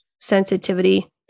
sensitivity